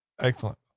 excellent